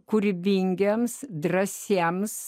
kūrybingiems drąsiems